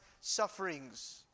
sufferings